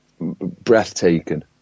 breathtaking